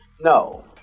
No